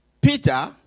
Peter